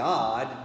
God